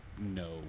no